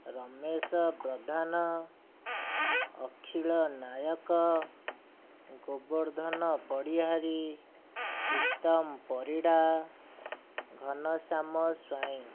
Ramesh Pradhan Akhil Nayak Gobardhan Padhihari Pritam Parida Ghanashyam Swain